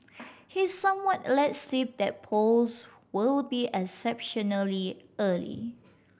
he somewhat let slip that polls will be exceptionally early